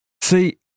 See